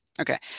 okay